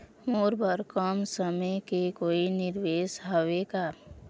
मोर बर कम समय के कोई निवेश हावे का?